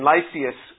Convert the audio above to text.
Lysias